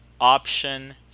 option